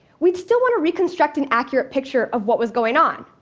we'd still want to reconstruct an accurate picture of what was going on.